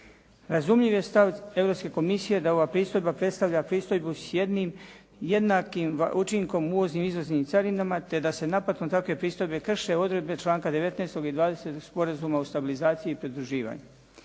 Razumljiv je stav Europske komisije da ova pristojba predstavlja pristojbu s jednim jednakim učinkom uvoznim i izvoznim carinama te da se naplatom takve pristojbe krše odredbe članka 19. i 20. Sporazuma o stabilizaciji i pridruživanju.